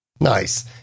Nice